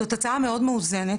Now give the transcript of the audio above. זאת הצעה מאוד מאוזנן,